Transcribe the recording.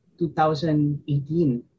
2018